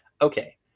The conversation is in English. Okay